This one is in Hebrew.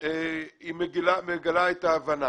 היא מגלה את ההבנה.